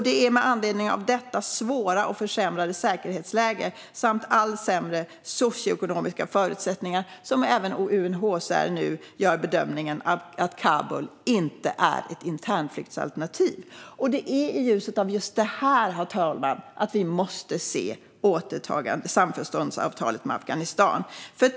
Det är med anledning av detta svåra och försämrade säkerhetsläge samt allt sämre socioekonomiska förutsättningar som även UNHCR nu gör bedömningen att Kabul inte är ett internflyktsalternativ. Det är i ljuset av just detta, herr ålderspresident, som vi måste se ett återtagande av samförståndsavtalet med Afghanistan.